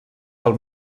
pel